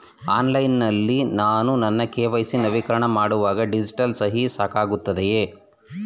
Online ನಲ್ಲಿ ನಾನು ನನ್ನ ಕೆ.ವೈ.ಸಿ ನವೀಕರಣ ಮಾಡುವಾಗ ಡಿಜಿಟಲ್ ಸಹಿ ಸಾಕಾಗುತ್ತದೆಯೇ?